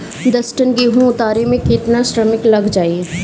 दस टन गेहूं उतारे में केतना श्रमिक लग जाई?